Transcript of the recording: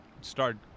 Start